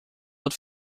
not